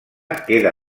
queda